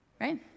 Right